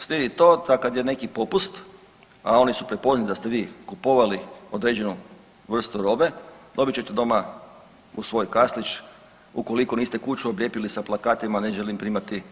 Slijedi to da kad je neki popust, a oni su prepoznali da ste vi kupovali određenu vrstu robe dobit ćete doma u svoj kaslić ukoliko kuću oblijepili sa plakatima ne želim primati